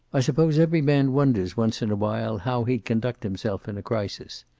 i suppose every man wonders, once in a while, how he'd conduct himself in a crisis.